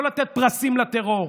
ולא לתת פרסים לטרור,